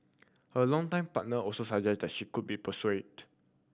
her longtime partner also suggested that she could be persuaded